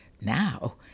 Now